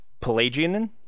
Pelagian